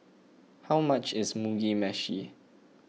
how much is Mugi Meshi